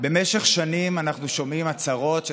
במשך שנים אנחנו שומעים הצהרות של